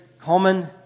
common